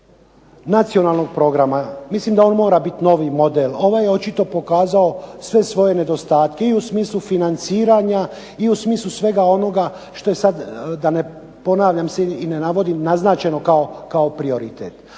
nacionalnog programa, mislim da on mora bit novi model, ovaj je očito pokazao sve svoje nedostatke i u smislu financiranja i u smislu svega onoga što je sad, da ne ponavljam se i ne navodim naznačeno kao prioritet.